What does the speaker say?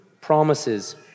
promises